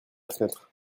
fenêtre